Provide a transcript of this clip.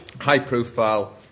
high-profile